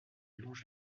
longe